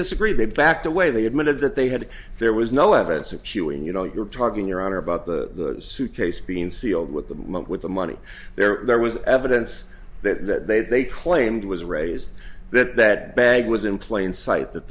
disagree they backed away they admitted that they had it there was no evidence of chewing you know you're talking your honor about the suitcase being sealed with them up with the money there was evidence that they they claimed was raised that that bag was in plain sight that